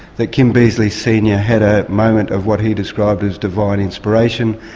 that kim beazley senior had a moment of what he described as divine inspiration,